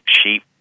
sheep